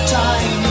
time